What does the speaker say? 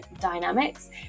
dynamics